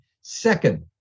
Second